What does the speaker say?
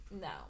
no